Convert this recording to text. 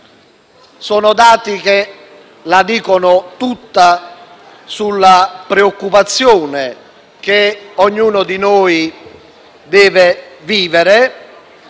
Sono dati che la dicono tutta sulla preoccupazione che ognuno di noi deve vivere